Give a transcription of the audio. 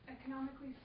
economically